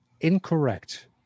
Incorrect